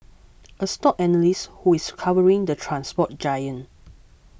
a stock analyst who is covering the transport giant